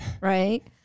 right